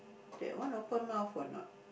that one open mouth or not